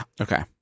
Okay